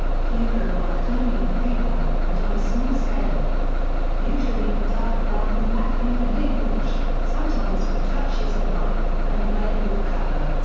hugo worked only on paper, and on a small scale usually in dark brown or black pen-and-ink wash, sometimes with touches of white, and rarely with color.